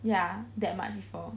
ya that much before